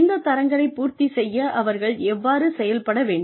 இந்த தரங்களை பூர்த்தி செய்ய அவர்கள் எவ்வாறு செயல்பட வேண்டும்